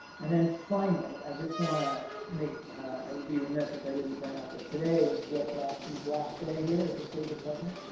and then finally, i just want to make i would be remiss if i didn't point out that today is jeff rathke's last day here at the state department.